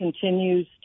continues